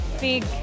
big